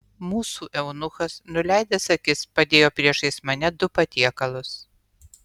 mūsų eunuchas nuleidęs akis padėjo priešais mane du patiekalus